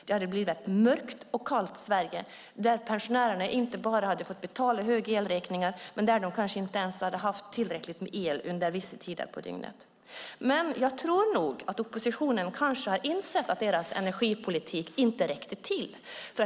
Det hade blivit ett mörkt och kallt Sverige där pensionärerna inte bara hade fått betala höga elräkningar utan de kanske inte ens hade haft tillräckligt med el under vissa tider på dygnet. Jag tror nog att oppositionen kanske har insett att deras energipolitik inte räckte till.